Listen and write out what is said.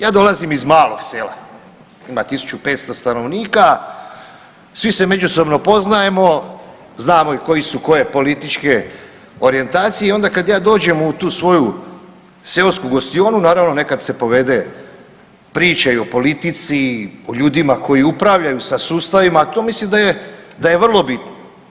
Ja dolazim iz malog sela, ima 1500 stanovnika, svi se međusobno poznajemo, znamo i koji su koje političke orijentacije i onda kad ja dođem u tu svoju seosku gostionu naravno nekad se povede priča i o politici i o ljudima koji upravljaju sa sustavima, a to mislim da je, da je vrlo bitno.